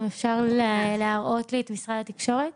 אם אפשר להראות לי את משרד התקשורת.